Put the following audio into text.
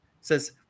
says